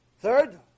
third